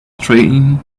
train